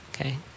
okay